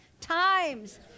times